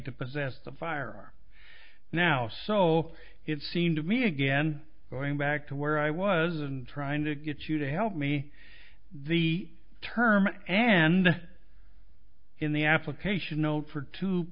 to possess the firearm now so it seemed to me again going back to where i was and trying to get you to help me the term and in the application note for two